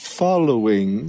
following